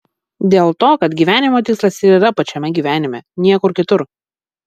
dėl to kad gyvenimo tikslas ir yra pačiame gyvenime niekur kitur